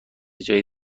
جایی